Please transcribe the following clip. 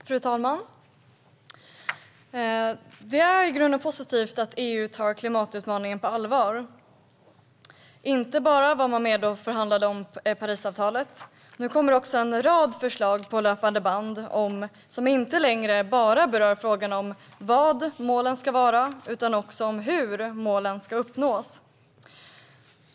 Fru talman! Det är i grunden positivt att EU tar klimatutmaningen på allvar. Man var inte bara med och förhandlade fram Parisavtalet. Nu kommer också en rad förslag på löpande band, som inte längre bara berör frågan om vad målen ska vara utan också hur målen ska uppnås.